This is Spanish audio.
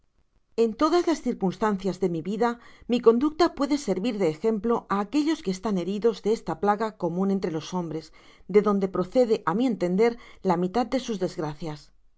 en todas las circunstancias de mi vida mi conducta puede servir de ejemplo á aquellos que estan heridos de esta plaga comun entre los hombres de donde procede á mi entender la mitad de sus desgracias